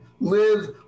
live